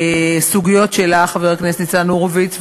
הסוגיות שהעלה חבר הכנסת ניצן הורוביץ,